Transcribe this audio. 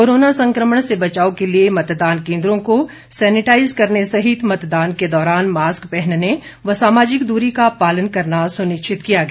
corona संक्रमण से बचाव के लिए मतदान केन्द्रों को सैनेटाईज करने सहित मतदान के दौरान मास्क पहनने व सामाजिक दूरी का पालन करना सुनिश्चित किया गया